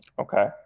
Okay